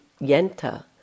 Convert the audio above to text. Yenta